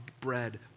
bread